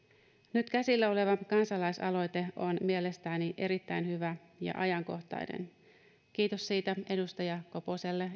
nyt käsillä oleva kansalaisaloite on mielestäni erittäin hyvä ja ajankohtainen kiitos siitä edustaja koposelle